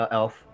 elf